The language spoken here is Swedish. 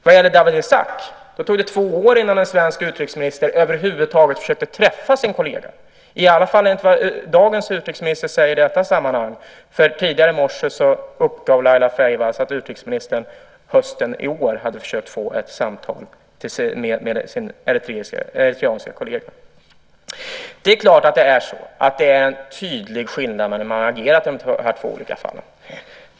Vad gäller Dawit Isaak tog det två år innan den svenska utrikesministern över huvud taget försökte träffa sin kollega, i alla fall enligt vad dagens utrikesminister säger i detta sammanhang. Tidigare i morse uppgav Laila Freivalds att utrikesministern under hösten i år hade försökt få ett samtal med sin eritreanska kollega. Det är klart att det är en tydlig skillnad mellan agerandena i de här två fallen.